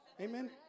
Amen